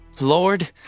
Lord